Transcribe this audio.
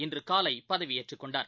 இன்றுகாலைபதவியேற்றுக்கொண்டார்